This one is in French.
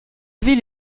ville